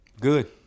Good